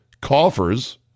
coffers